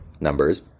numbers